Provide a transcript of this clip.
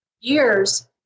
years